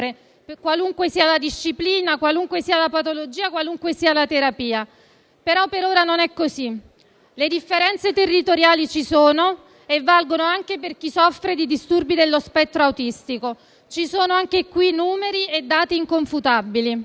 qualunque sia la disciplina, qualunque sia la patologia, qualunque sia la terapia; per ora però è così, le differenze territoriali ci sono e valgono anche per chi soffre di disturbi dello spettro autistico. Ci sono anche in questo caso numeri e dati inconfutabili.